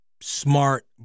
smart